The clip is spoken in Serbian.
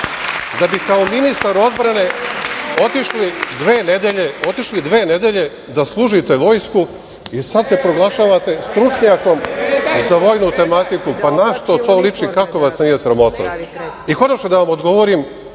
da bi kao ministar odbrane otišli dve nedelje da služite vojsku i sada se proglašavate stručnjakom za vojnu tematiku. Pa, na šta to liči? Kako vas nije sramota? Konačno, da vam odgovorim,